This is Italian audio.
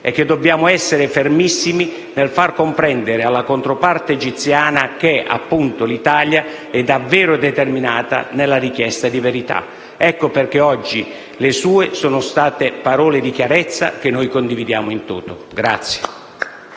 e che dobbiamo essere fermissimi nel far comprendere alla controparte egiziana che, appunto, l'Italia è davvero determinata nella richiesta di verità. Ecco perché oggi le sue sono state parole di chiarezza che noi condividiamo *in toto*.